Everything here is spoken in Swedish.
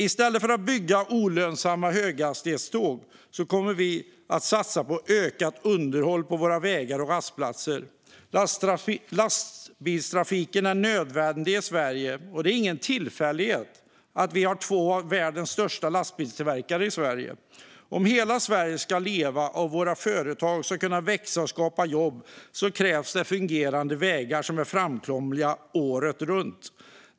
I stället för att bygga olönsamma höghastighetståg kommer vi att satsa på ett ökat underhåll på våra vägar och rastplatser. Lastbilstrafiken är nödvändig i Sverige, och det är ingen tillfällighet att vi har två av världens största lastbilstillverkare i Sverige. Om hela Sverige ska leva och våra företag ska kunna växa och skapa jobb krävs det fungerande vägar som är framkomliga året runt.